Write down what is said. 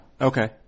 Okay